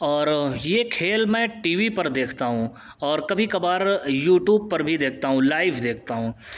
اور یہ کھیل میں ٹی وی پر دیکھتا ہوں اور کبھی کبھار یوٹوب پر بھی دیکھتا ہوں لائیو دیکھتا ہوں